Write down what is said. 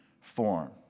form